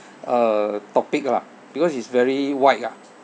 uh topic lah because it's very wide ah